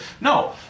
No